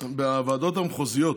בוועדות המחוזיות,